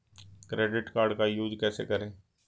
Credit card का use कैसे करें?